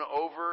over